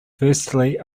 firstly